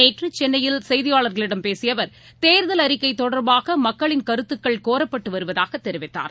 நேற்றுசென்னையில் செய்தியாளாகளிடம் பேசியஅவா் தேர்தல் அறிக்கைதொடா்பாகமக்களின் கருத்துக்கள் கோரப்பட்டுவருவதாகதெரிவித்தார்